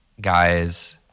guys